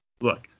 Look